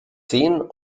sehen